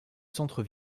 centre